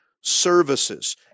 services